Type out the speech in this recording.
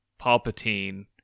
Palpatine